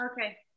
Okay